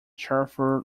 chauffeur